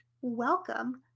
welcome